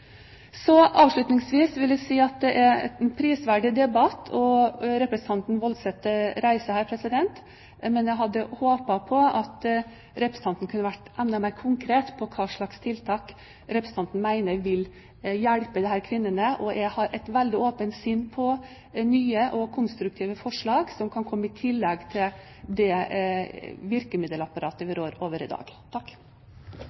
Avslutningsvis vil jeg si at det er en prisverdig debatt som representanten Woldseth her reiser, men jeg hadde håpet at representanten kunne vært enda mer konkret på hva slags tiltak hun mener vil hjelpe disse kvinnene. Jeg har et veldig åpent sinn for nye og konstruktive forslag som kan komme i tillegg til det virkemiddelapparatet vi